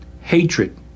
hatred